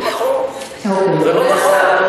או איך אמרת כך וכך?